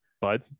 Bud